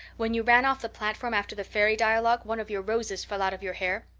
when you ran off the platform after the fairy dialogue one of your roses fell out of your hair.